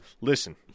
listen